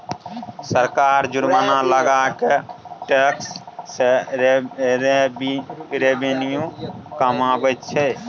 सरकार जुर्माना लगा कय टैक्स सँ रेवेन्यू कमाबैत छै